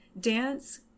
dance